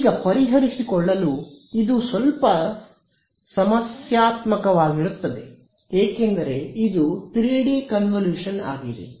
ಈಗ ಪರಿಹರಿಸಿಕೊಳ್ಳಲು ಇದು ಸ್ವಲ್ಪ ಸಮಸ್ಯಾತ್ಮಕವಾಗಿರುತ್ತದೆ ಏಕೆಂದರೆ ಇದು 3 ಡಿ ಕನ್ವಿಲೇಶನ್ ಆಗಿದೆ